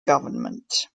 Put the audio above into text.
government